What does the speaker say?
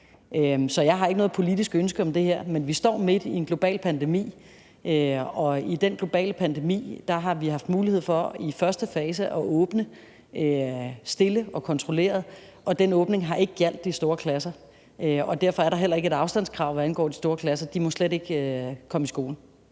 Så jeg har ikke noget politisk ønske om det her. Men vi står midt i en global pandemi, og i den globale pandemi har vi haft mulighed for i første fase at åbne stille og kontrolleret, og den åbning har ikke gjaldt de store klasser. Derfor er der heller ikke et afstandskrav, hvad angår de store klasser. De må slet ikke kom i skole.